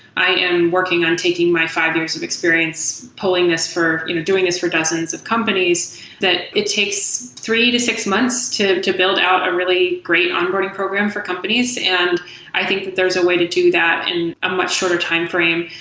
i am working on taking my five years of experience pulling this, you know doing this for thousands of companies that it takes three to six months to to build out a really great onboarding program for companies. and i think that there's a way to to that in and a much shorter timeframe.